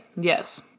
Yes